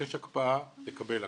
תבקש הקפאה, תקבל הקפאה.